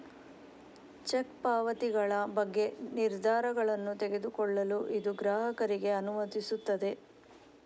check ಪಾವತಿಗಳ ಬಗ್ಗೆ ನಿರ್ಧಾರಗಳನ್ನು ತೆಗೆದುಕೊಳ್ಳಲು ಇದು ಗ್ರಾಹಕರಿಗೆ ಅನುಮತಿಸುತ್ತದೆ